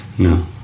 No